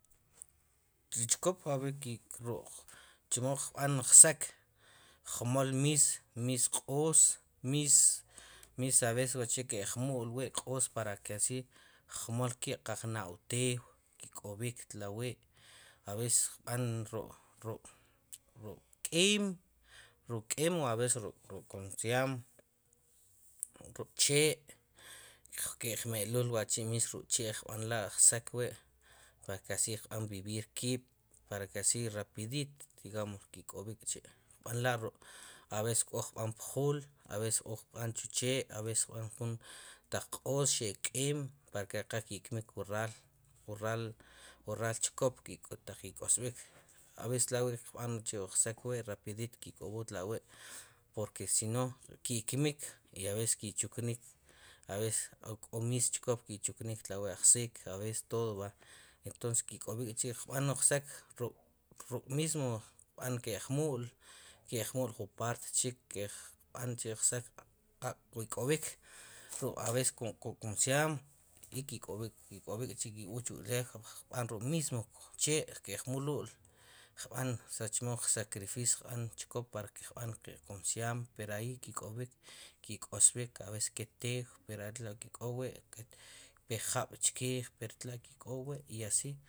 Ri chkop a veces chemo kb'an ksak jmol mis q'oos mis a veces keqmul wi' q'oos para que asi kmolkib' qaal kna' tew kk'ob'ik tlawi' a veces queb'an ruk' k'im o aveces suk'k ju como se llama ruk' che' keq melul wachi' mismo kb'anla' ksoq wi' para que asi kb'an vivir kib' para que asi rapidito digamos que kikíb'ik k'chi' kb'anla' aveces k'b'an pjuul aveces k'o kb'an chu che' a veces kb'an jun taq q'oos xe' k'im recha qal ke' kmik wu ral chkop wu kiq taq ke' k'osb'ik aveces tawi' kb'an wu sak wi' rapidito ke' k'ob'ok tlawi' porque si no ke' kmik y aveces ki' chuknmik aveces mismo chkop ke' chunik tawi' ajsik aveces todo va entonces que k'ob'ik k'chi' y b'an wuk sok ruk' mimo queb'an ke'q mu'l jun parte chik qek b'an chi' ksok ruk' a veces ruk' como se llama y que kób'ik k'chi' ik'ob'ul qb'an ruk' mimo che' qmulul qb'an saber chemo sarcrificio qb'an chku chkop reck ke' keqb'ar ri como se llama pero ahi ke' k'ob'ik ki' k'osb'ik a veces ketew pero atre' tla' ke kowi' kpee jab' chkiij pero tla' ke k'owi' y asi